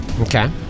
Okay